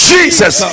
Jesus